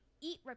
eat